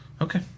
Okay